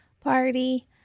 party